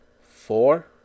four